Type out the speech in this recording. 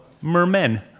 mermen